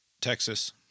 Texas